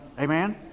Amen